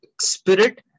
spirit